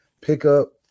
pickup